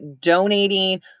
donating